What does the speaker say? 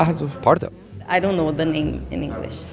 ah pardo i don't know the name in english.